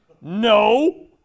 no